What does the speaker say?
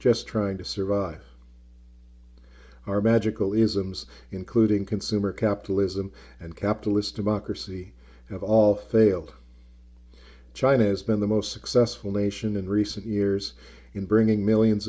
just trying to survive our magical isms including consumer capitalism and capitalist democracy have all failed china has been the most successful nation in recent years in bringing millions